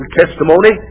testimony